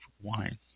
wine